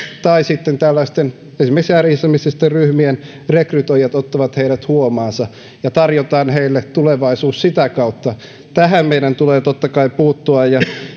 tai sitten tällaisten esimerkiksi ääri islamististen ryhmien rekrytoijat ottavat heidät huomaansa ja tarjotaan heille tulevaisuus sitä kautta tähän meidän tulee totta kai puuttua ja